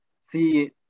see